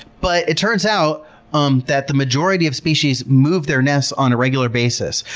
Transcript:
but it turns out um that the majority of species moved their nests on a regular basis,